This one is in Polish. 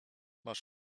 masz